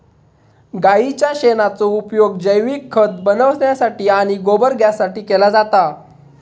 गाईच्या शेणाचो उपयोग जैविक खत बनवण्यासाठी आणि गोबर गॅससाठी केलो जाता